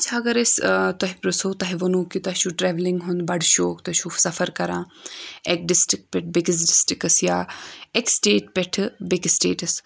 اَچھا اگر أسۍ تۄہہِ پو تۄہہِ ووٚنو کہِ تۄہہِ چھُو ٹَرٛٮ۪ولِنٛگ ہُنٛد بَڑٕ شوق تۄہہِ چھُو سفر کَران اَکہِ ڈِسٹِرک پؠٹھ بیٚکِس ڈِسٹِرکَس یا اَکہِ سٕٹَیٹ پؠٹھٕ بیٚکِس سٕٹَیٹَس